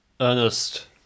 Ernest